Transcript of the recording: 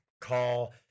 call